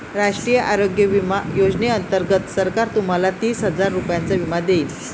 राष्ट्रीय आरोग्य विमा योजनेअंतर्गत सरकार तुम्हाला तीस हजार रुपयांचा विमा देईल